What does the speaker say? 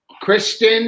Kristen